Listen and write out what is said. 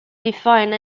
define